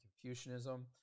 Confucianism